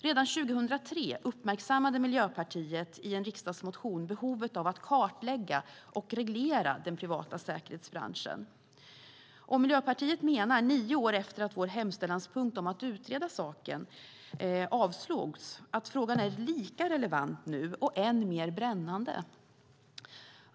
Redan 2003 uppmärksammade Miljöpartiet i en riksdagsmotion behovet av att kartlägga och reglera den privata säkerhetsbranschen. Miljöpartiet menar, nio år efter att vår hemställanspunkt om att utreda saken avslogs, att frågan är lika relevant nu och än mer brännande.